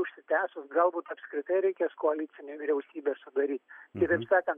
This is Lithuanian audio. užsitęsus galbūt apskritai reikės koalicinę vyriausybę sudaryt kitaip sakant